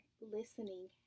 listening